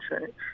change